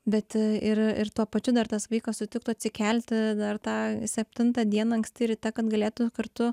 bet ir ir tuo pačiu dar tas vaikas sutiktų atsikelti dar tą septintą dieną anksti ryte kad galėtų kartu